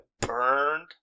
burned